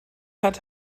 hat